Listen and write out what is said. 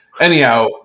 Anyhow